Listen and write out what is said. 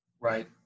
Right